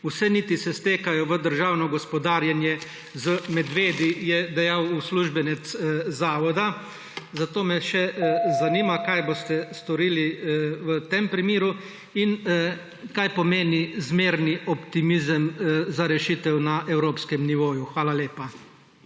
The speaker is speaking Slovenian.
Vse niti se stekajo v državno gospodarjenje z medvedi,« je dejal uslužbenec zavoda. Zato me zanima še, kaj boste storili v tem primeru in kaj pomeni zmerni optimizem za rešitev na evropskem nivoju. Hvala lepa.